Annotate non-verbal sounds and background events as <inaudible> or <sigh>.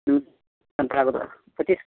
<unintelligible>